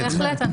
בהחלט.